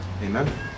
Amen